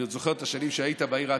אני עוד זוכר את השנים שהיית בעיר העתיקה.